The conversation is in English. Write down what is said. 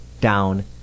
down